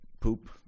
poop